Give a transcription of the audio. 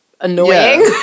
annoying